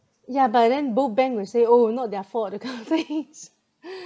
yeah but then both bank will say oh not their fault the company's